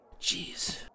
Jeez